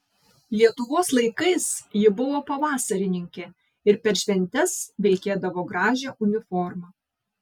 lietuvos laikais ji buvo pavasarininkė ir per šventes vilkėdavo gražią uniformą